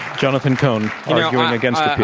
jonathan cohn, arguing against